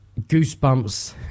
goosebumps